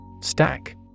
Stack